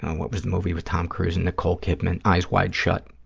what was the movie with tom cruise and nicole kidman? eyes wide shut.